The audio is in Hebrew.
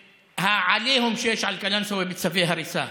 והעליהום שיש על קלנסווה בצווי הריסה,